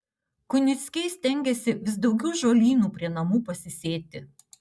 kunickiai stengiasi vis daugiau žolynų prie namų pasisėti